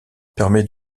permet